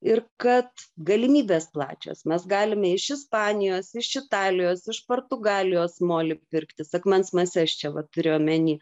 ir kad galimybės plačios mes galime iš ispanijos iš italijos iš portugalijos molį pirktis akmens mases čia vat turiu omeny